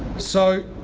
so,